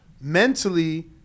mentally